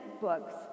books